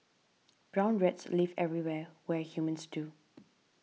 brown rats live everywhere where humans do